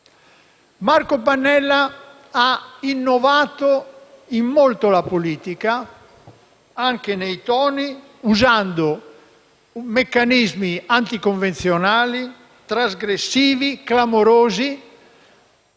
Marco Pannella ha innovato molto la politica, anche nei toni, usando meccanismi anticonvenzionali, trasgressivi e clamorosi,